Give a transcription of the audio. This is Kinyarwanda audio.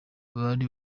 bari